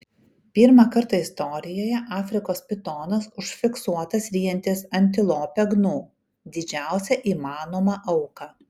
pirmą kartą istorijoje afrikos pitonas užfiksuotas ryjantis antilopę gnu didžiausią įmanomą auką